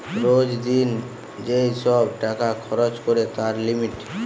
রোজ দিন যেই সব টাকা খরচ করে তার লিমিট